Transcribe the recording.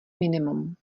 minimum